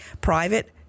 private